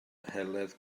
heledd